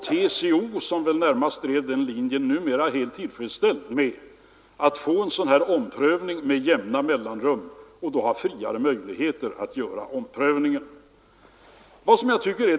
TCO, som väl närmast drev den linjen, är numera helt tillfredsställt med att få en omprövning med jämna mellanrum och då ha friare möjligheter att göra den.